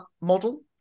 model